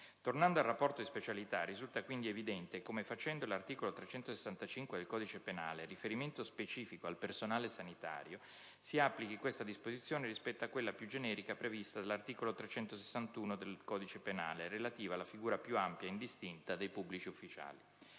tornando al rapporto di specialità risulta quindi evidente come, facendo l'articolo 365 del codice penale riferimento specifico al personale sanitario, si applichi questa disposizione rispetto a quella più generica prevista dall'articolo 361 del codice penale relativa alla figura più ampia ed indistinta dei pubblici ufficiali;